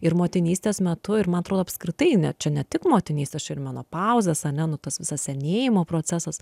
ir motinystės metu ir man atrodo apskritai ne čia ne tik motinystės čia ir menopauzės ane nu tas visas senėjimo procesas